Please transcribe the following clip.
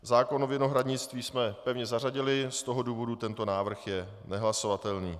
Zákon o vinohradnictví jsme pevně zařadili, z toho důvodu je tento návrh nehlasovatelný.